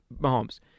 Mahomes